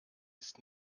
ist